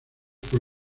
por